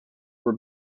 were